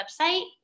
website